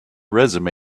resume